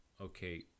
okay